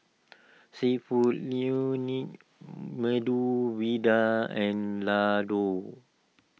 Seafood Medu Vada and Ladoo